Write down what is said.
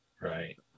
Right